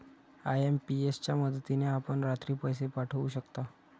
IMPS च्या मदतीने आपण रात्री पैसे पाठवू शकता